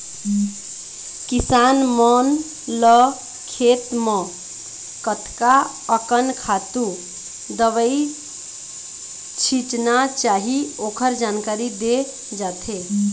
किसान मन ल खेत म कतका अकन खातू, दवई छिचना चाही ओखर जानकारी दे जाथे